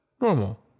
normal